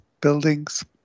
buildings